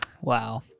Wow